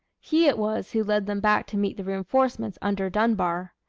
he it was who led them back to meet the reinforcements under dunbar.